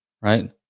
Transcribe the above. Right